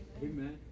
Amen